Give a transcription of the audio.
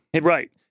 right